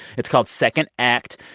it's called second act.